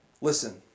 Listen